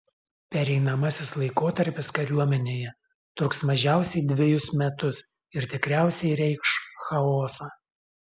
pereinamasis laikotarpis kariuomenėje truks mažiausiai dvejus metus ir tikriausiai reikš chaosą